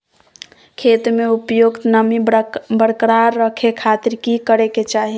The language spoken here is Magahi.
खेत में उपयुक्त नमी बरकरार रखे खातिर की करे के चाही?